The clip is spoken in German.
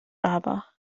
aber